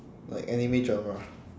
like anime genre